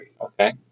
okay